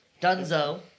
Dunzo